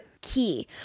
key